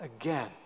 again